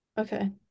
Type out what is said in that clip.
Okay